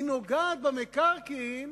היא נוגעת במקרקעין